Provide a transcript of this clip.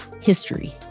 history